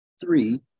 three